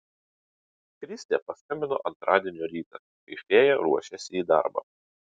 kristė paskambino antradienio rytą kai fėja ruošėsi į darbą